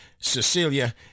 Cecilia